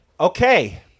Okay